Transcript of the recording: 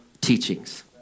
teachings